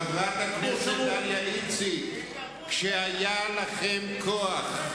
חברת הכנסת דליה איציק, כשהיה לכם כוח,